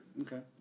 Okay